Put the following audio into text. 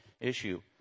issue